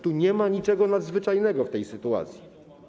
Tu nie ma niczego nadzwyczajnego w tej sytuacji.